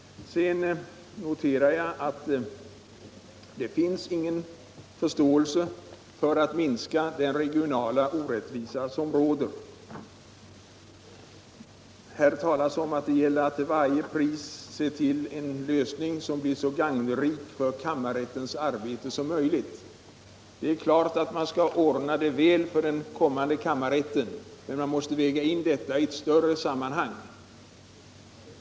Sedan noterar jag att det inte finns någon förståelse för att minska den regionala orättvisa som råder. Här talas om att det till varje pris gäller att få en så gagnrik lösning för kammarrättens arbete som möjligt. Det är klart att man skall ordna det väl för den kommande kammarrätten, men detta måste vägas in i ett större sammanhang.